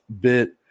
bit